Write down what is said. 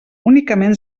únicament